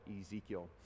Ezekiel